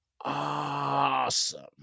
Awesome